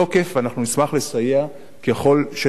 ואנחנו נשמח לסייע ככל שניתן.